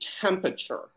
temperature